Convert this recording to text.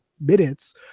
minutes